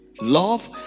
love